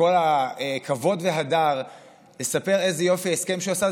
בכל הכבוד וההדר לספר איזה יופי ההסכם שהוא עשה,